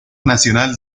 nacional